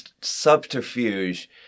subterfuge